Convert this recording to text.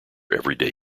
everyday